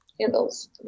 handles